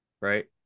right